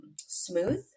smooth